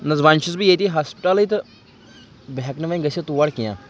نہ حظ وَنۍ چھُس بہٕ ییٚتی ہَسپَتالٕے تہٕ بہٕ ہٮ۪کہٕ نہٕ وۄنۍ گٔژھِتھ تور کینٛہہ